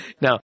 Now